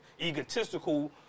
egotistical